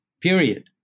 period